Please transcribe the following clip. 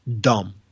dumb